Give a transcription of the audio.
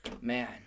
man